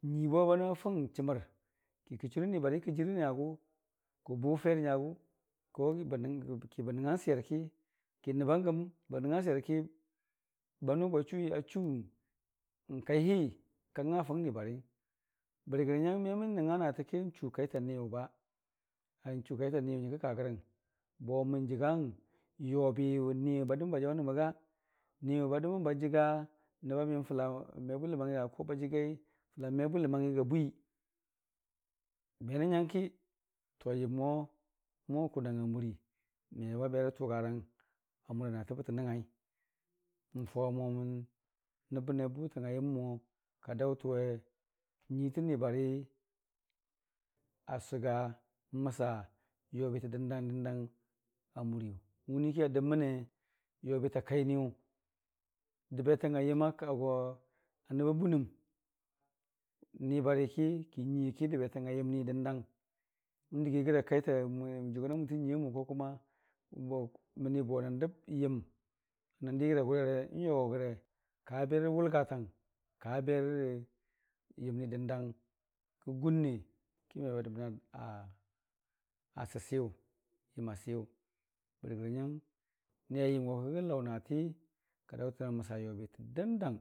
nyuii bo banʊ a fʊng n'chəmər, kikə churə nibarikə jɨrɨ nyagʊ, kə bʊ fer nyagʊ ki bə nəngngang swer ki, ki nəbban giyəm bə nəngngang swiyer ki banʊ bwechʊwi achu n'kaihi ka nga afʊng nibariyəng, bərigərə nyang memən, nəngnga naatə kənchu kaita niyʊ n'chu kaita niyʊ nyəri kə kagərəng, bo mən jəgang obiya niyʊ ba dəmən ba jaʊ nammə ga? Badəmən ba jəga nəbba miyəm fəla me bwiləməngngi ga, ba jəgai fəla məmebwiləmangngi ga bwii menən nyəngki yəmmo mʊwa kʊnong amurii mebabe rətʊga rang amura natə bətə nəngngai mən faʊmomən nəbə. Bʊtang a yəmmo adaʊtənwe nyuiitən nibari asʊga n'məsa yobitə dən dag- dəndang amurii wuniiki a dəmməne yobita kainiyʊ, dəbetang ayəmma go nəbba bunəm n'ni bariki, kən nyuiiki dəbetanga yəmni, dəndang n'dəgii gəra kaite mwe jʊngʊrdamʊn tən nyuii yamʊ bo məni bo nəndəb yənm nəndi gra gʊrere n'yogogəre kaberərə wʊlgatang ka berərə yəmni dəndang a səsiyʊ yəm a siyʊ, bərigərə nyang niayəm go kəgə laʊ naati kadaʊtən aməsa yobitə dəndang.